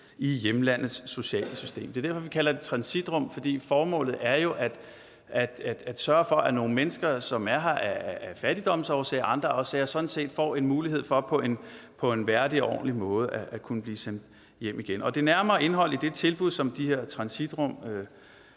i hjemlandets sociale system. Det er derfor, vi kalder det transitrum, for formålet er jo at sørge for, at nogle mennesker, der er her af fattigdomsårsager og andre årsager, sådan set får en mulighed for at kunne blev sendt hjem igen på en værdig og ordentligt måde. Det nærmere indhold i det tilbud, som de her transitrum